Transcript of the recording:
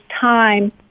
time